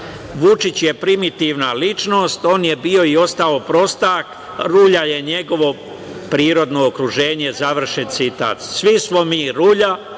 Vučić je primitivna ličnost, on je bio i ostao prostak, rulja je njegovo prirodno okruženje, završen citat. Svi smo mi rulja,